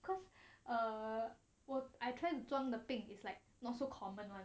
cause err 我 I tried to 装的病 is like not so common [one]